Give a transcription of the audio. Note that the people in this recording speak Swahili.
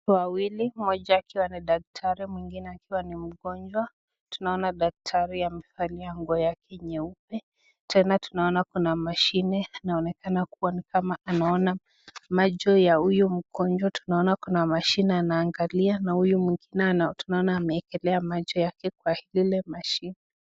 Watu wawili, mmoja akiwa ni daktari mwingine akiwa ni mgonjwa. Tunaona daktari amevalia nguo yake nyeupe. Tena tunaona kuna mashine. Inaonekana kuwa ni kama anaona macho ya huyo mgonjwa. Tunaona kuna mashine anaangalia na huyo mwingine tunaona amewekelea macho yake kwa ile mashine.